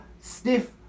stiff